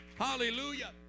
Hallelujah